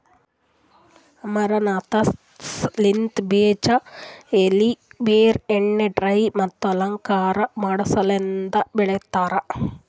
amaranthus ಲಿಂತ್ ಬೀಜ, ಎಲಿ, ಬೇರ್, ಎಣ್ಣಿ, ಡೈ ಮತ್ತ ಅಲಂಕಾರ ಮಾಡಸಲೆಂದ್ ಬೆಳಿತಾರ್